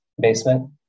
basement